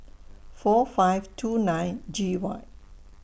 four five two nine G Y